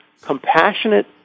compassionate